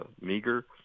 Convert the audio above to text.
meager